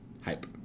hype